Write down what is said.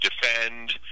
defend